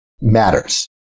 matters